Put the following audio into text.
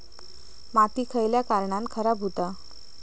माती खयल्या कारणान खराब हुता?